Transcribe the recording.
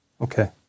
okay